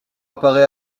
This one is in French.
apparaît